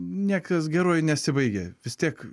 niekas geruoju nesibaigė vis tiek